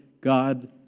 God